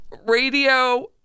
radio